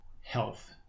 health